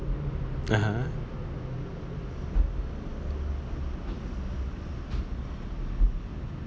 (uh huh)